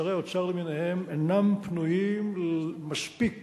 שרי האוצר למיניהם אינם פנויים מספיק